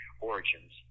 origins